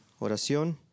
oración